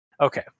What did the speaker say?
Okay